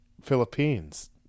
Philippines